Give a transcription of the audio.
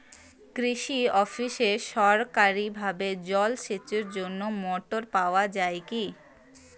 কৃষি অফিসে সরকারিভাবে জল সেচের জন্য মোটর পাওয়া যায় কি?